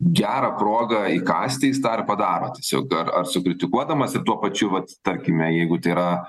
gerą progą įkąsti jis tą ir padaro tiesiog ar ar sukritikuodamas ir tuo pačiu vat tarkime jeigu tai yra